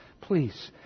please